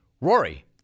Rory